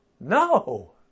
No